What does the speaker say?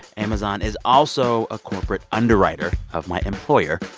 amazon is also a corporate underwriter of my employer,